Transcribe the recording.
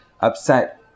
upset